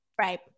Right